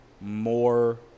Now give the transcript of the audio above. more